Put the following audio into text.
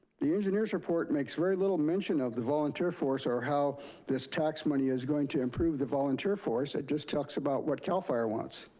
the engineer's report makes very little mention of the volunteer force and how this tax money is going to improve the volunteer force. it just talks about what cal fire wants.